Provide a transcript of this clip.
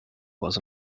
was